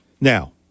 Now